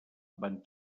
van